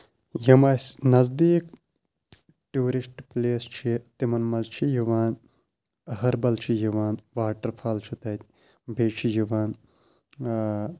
یِم اَسہِ نزدیٖک ٹیوٗرِسٹ پٕلیس چھِ تِمن منٛز چھِ یِوان اہربَل چھُ یِوان واٹر فال چھُ تَتہِ بیٚیہِ چھُ یِوان آ